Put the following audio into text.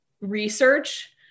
research